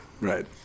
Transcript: Right